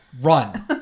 Run